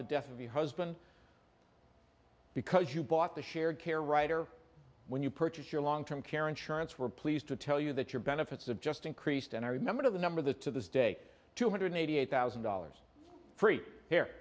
the death of your husband because you bought the shared care writer when you purchased your long term care insurance we're pleased to tell you that your benefits of just increased and i remember the number that to this day two hundred eighty eight thousand dollars free here